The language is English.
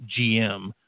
GM